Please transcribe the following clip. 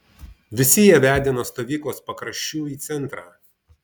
visi jie vedė nuo stovyklos pakraščių į centrą